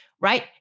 right